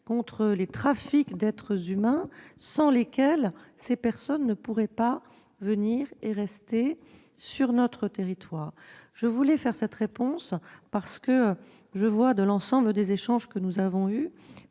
contre les trafics d'êtres humains, sans lesquels ces personnes ne pourraient pas venir et rester sur notre territoire. Je voulais faire cette réponse, car je constate, à la lumière de l'ensemble des échanges que nous avons eus,